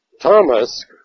Thomas